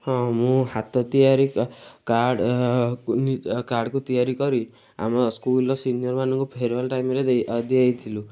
ହଁ ମୁଁ ହାତ ତିଆରି କାର୍ଡ଼କୁ ନିଜେ କାର୍ଡ଼କୁ ତିଆରି କରି ଆମ ସ୍କୁଲର ସିନିୟର୍ ମାନଙ୍କୁ ଫେର୍ୱେଲ୍ ଟାଇମ୍ରେ ଦେଇଥିଲୁ